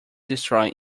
destroyed